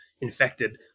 infected